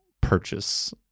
purchase